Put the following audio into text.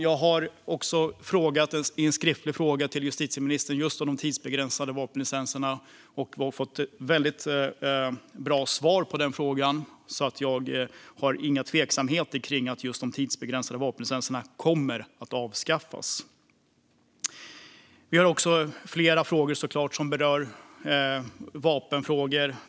Jag har ställt en skriftlig fråga till justitieministern om de tidsbegränsade vapenlicenserna. Jag fick ett väldigt bra svar på den frågan, så jag hyser inga tvivel om att de tidsbegränsade vapenlicenserna kommer att avskaffas. Betänkandet berör såklart flera vapenfrågor.